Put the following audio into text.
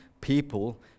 people